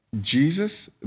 Jesus